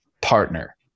partner